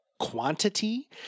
quantity